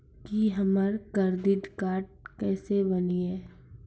की हमर credit card केसे बनिये?